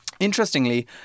Interestingly